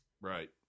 Right